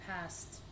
past